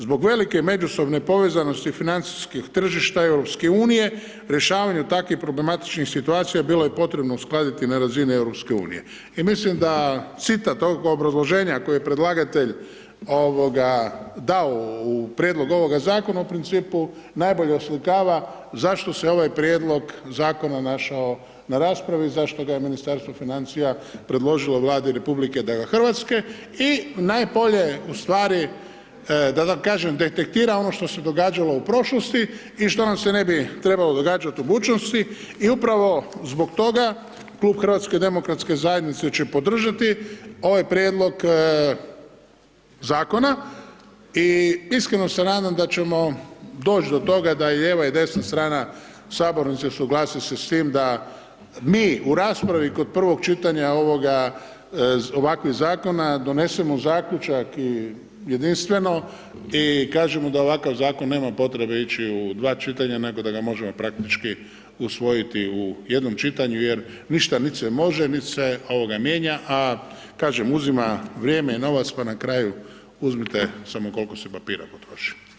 Zbog velike međusobne povezanosti financijskih tržišta EU, rješavanju takvih problematičnih situacija bilo je potrebno uskladiti na razini EU i mislim da citat ovog obrazloženja kojeg je predlagatelj dao u prijedlogu ovoga zakona u principu najbolje oslikava zašto se ovaj prijedlog zakona našao na raspravi, zašto ga je Ministarstvo financija predložilo Vladi RH i najbolje, ustvari, da vam kažem, detektira ono što se događalo u prošlosti i što nam se ne bi trebalo događati u budućnosti i upravo zbog toga Klub HDZ-a će podržati ovaj prijedlog zakona i iskreno se nadam da ćemo doći do toga da i lijeva i desna strana u sabornici usuglasi se s tim da mi u raspravi kod prvog čitanja ovakvih zakona donesemo zaključak jedinstveno i kažemo da ovakav zakon nema potrebe ići u dva čitanja, nego da ga možemo praktički usvojiti u jednom čitanju jer ništa nit se može, nit se mijenja, a kažem, uzima vrijeme i novac, pa na kraju uzmite samo koliko se papira potroši.